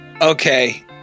Okay